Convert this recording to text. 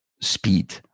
speed